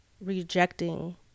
rejecting